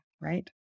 right